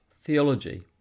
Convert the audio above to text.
theology